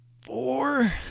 four